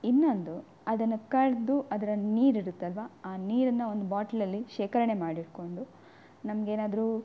ಇನ್ನೊಂದು ಅದನ್ನು ಕಡೆದು ಅದರ ನೀರಿರುತ್ತಲ್ಲವಾ ಆ ನೀರನ್ನು ಒಂದು ಬಾಟಲಲ್ಲಿ ಶೇಕರಣೆ ಮಾಡಿಟ್ಟುಕೊಂಡು ನಮಗೇನಾದ್ರು